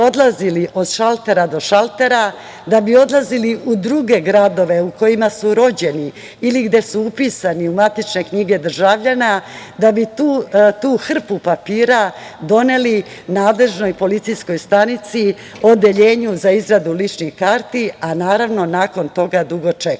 odlazili od šaltera do šaltera, da bi odlazili u druge gradove u kojima su rođeni ili gde su upisani u matične knjige državljana da bi tu hrpu papira doneli nadležnoj policijskoj stanici, odeljenju za izradu ličnih karata, a naravno nakon toga dugo čekali.